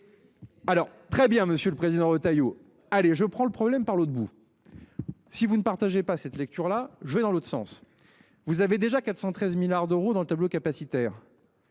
Alors très bien, Monsieur le Président, Retailleau allez je prends le problème par l'autre bout. Si vous ne partageait pas cette lecture là je vais dans l'autre sens. Vous avez déjà 413 milliards d'euros dans le tableau capacitaire.